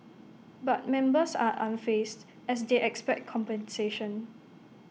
but members are unfazed as they expect compensation